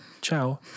ciao